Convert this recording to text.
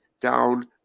down